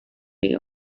way